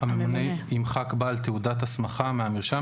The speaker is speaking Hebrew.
הממונה ימחק בעל תעודת הסמכה מהמרשם,